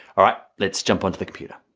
all right, let's jump onto the computer.